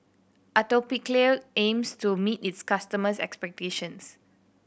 Atopiclair aims to meet its customers' expectations